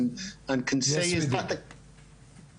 אני